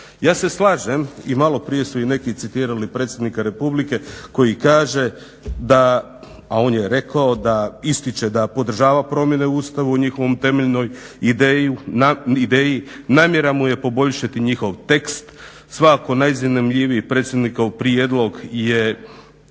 Ja se slažem i malo prije su neki citirali predsjednika Republike koji kaže, a on je rekao ističe da podržava promjene u Ustavu u njihovoj temeljnoj ideji, namjera mu je poboljšati njihov tekst, svakako najzanimljivije predsjednikov prijedlog